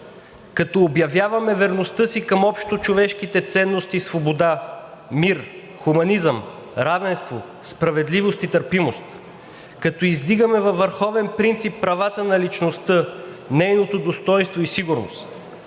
като обявяваме верността си към общочовешките ценности: свобода, мир, хуманизъм, равенство, справедливост и търпимост; като издигаме във върховен принцип правата на личността, нейното достойнство и сигурност;